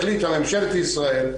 החליטה ממשלת ישראל,